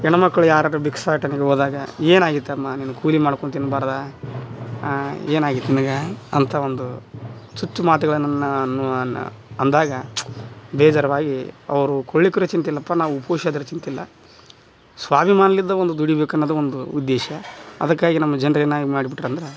ಹೆಣ್ಮಕ್ಕಳು ಯಾರು ಬಿ ಭಿಕ್ಷಾಟನೆಗೆ ಹೋದಾಗ ಏನಾಗಿತ್ತಮ್ಮ ನೀನು ಕೂಲಿ ಮಾಡ್ಕೊಂದು ತಿನ್ಬಾರದಾ ಏನಾಗಿತ್ತು ನಿನಗ ಅಂತ ಒಂದು ಚುಚ್ಚುಮಾತುಗಳನನ್ನ ನು ಅನ್ನ ಅಂದಾಗ ಬೇಜಾರಾಗಿ ಅವರು ಕೊಳ್ಳಿಕ್ರು ಚಿಂತಿಲ್ಲಪ್ಪ ನಾವು ಪೋಷಕರ ಚಿಂತಿಲ್ಲ ಸ್ವಾಭಿಮಾನಲಿಂದ ಒಂದು ದುಡಿಬೇಕನ್ನುದು ಒಂದು ಉದ್ದೇಶ ಅದಕ್ಕಾಗಿ ನಮ್ಮ ಜನ್ರು ಏನು ಮಾಡ್ಬಿಟ್ಟರಂದ್ರ